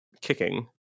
kicking